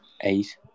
eight